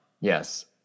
yes